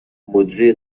مجری